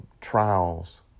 trials